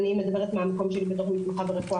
ואני מדברת מהמקום שלי כמתמחה ברפואה